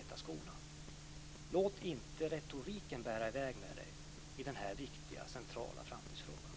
Sten Tolgfors ska inte låta retoriken bära i väg med honom i denna viktiga och centrala framtidsfråga.